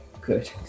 good